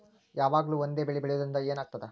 ಯಾವಾಗ್ಲೂ ಒಂದೇ ಬೆಳಿ ಬೆಳೆಯುವುದರಿಂದ ಏನ್ ಆಗ್ತದ?